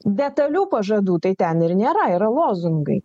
detalių pažadų tai ten ir nėra yra lozungai